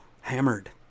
hammered